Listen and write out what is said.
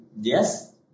yes